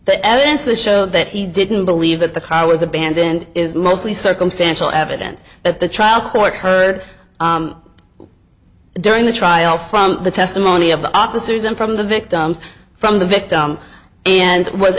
the evidence to show that he didn't believe that the car was abandoned is mostly circumstantial evidence that the trial court heard during the trial from the testimony of the officers and from the victims from the victim and was